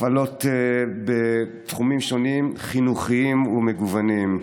הפעלות בתחומים שונים, חינוכיים ומגוונים.